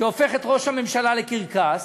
שהופך את ראש הממשלה לקרקס,